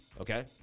Okay